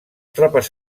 tropes